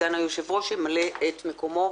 סעיף 20א לחוק-יסוד: